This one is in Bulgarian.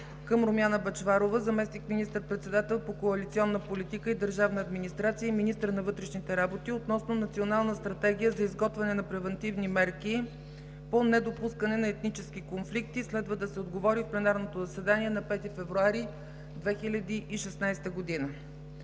към Румяна Бъчварова – заместник министър-председател по коалиционна политика и държавна администрация и министър на вътрешните работи, относно Национална стратегия за изготвяне на превантивни мерки по недопускане на етнически конфликти. Следва да се отговори в пленарното заседание на 5 февруари 2016 г.;